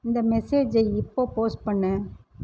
இந்த மெசேஜை இப்போது போஸ்ட் பண்ணு